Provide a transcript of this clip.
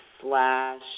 slash